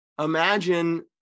Imagine